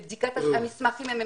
בבדיקת המסמכים הנכונים,